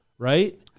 right